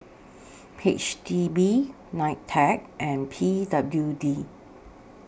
H D B NITEC and P W D